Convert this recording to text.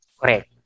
correct